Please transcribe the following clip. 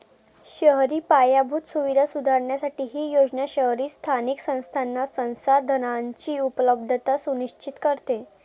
शहरी पायाभूत सुविधा सुधारण्यासाठी ही योजना शहरी स्थानिक संस्थांना संसाधनांची उपलब्धता सुनिश्चित करते